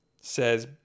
says